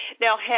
Now